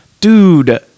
dude